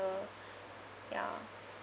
ya